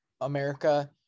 America